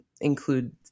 include